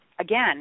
again